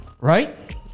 Right